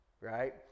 right